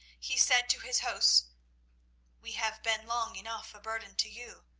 he said to his hosts we have been long enough a burden to you.